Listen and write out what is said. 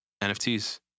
NFTs